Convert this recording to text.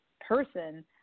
person